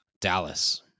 Dallas